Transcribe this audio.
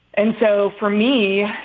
and so for me,